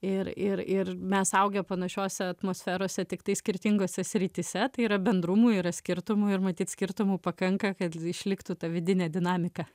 ir ir ir mes augę panašiose atmosferose tiktai skirtingose srityse tai yra bendrumų yra skirtumų ir matyt skirtumų pakanka kad išliktų ta vidinė dinamika